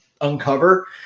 uncover